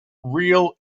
real